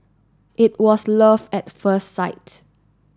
it was love at first sight